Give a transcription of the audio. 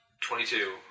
Twenty-two